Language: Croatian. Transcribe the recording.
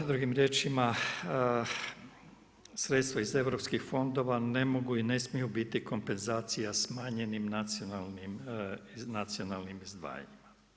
Drugim riječima sredstva iz europskih fondova ne mogu i ne smiju biti kompenzacija smanjenim nacionalnim izdvajanjima.